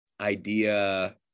idea